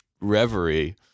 reverie